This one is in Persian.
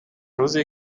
روزیه